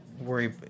worry